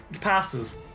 passes